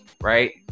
Right